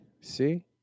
See